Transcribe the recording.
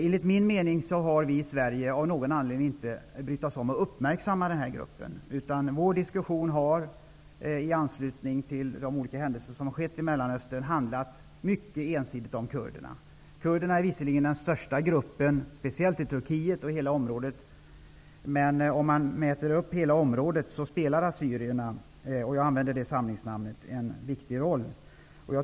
Enligt min mening har vi i Sverige av någon anledning inte brytt oss om att uppmärksamma denna grupp, utan vår diskussion har i anslutning till de olika händelser som skett i Mellanöstern mycket ensidigt handlat om kurderna. Kurderna är visserligen den största gruppen, speciellt i Turkiet, men om man inkluderar hela området spelar assyrierna -- jag använder det samlingsnamnet -- en viktig roll.